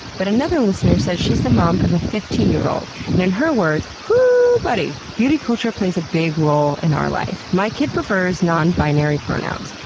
but another listener says she's the mom of a fifteen year old and, in her words whoo buddy, beauty culture plays a big role in our life. my kid prefers non-binary pronouns.